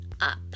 up